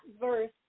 verse